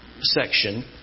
section